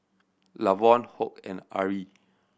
Lavonne Hoke and Ari